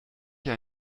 hier